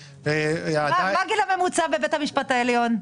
מה הגיל הממוצע בבית המשפט העליון?